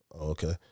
Okay